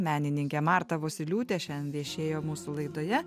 menininkė marta vosyliūtė šiandien viešėjo mūsų laidoje